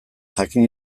jakin